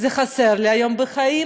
זה חסר לי היום בחיים,